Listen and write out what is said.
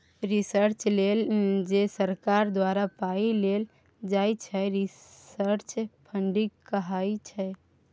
research लेल जे सरकार द्वारा पाइ देल जाइ छै रिसर्च फंडिंग कहाइ छै